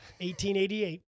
1888